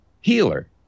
healer